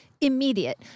Immediate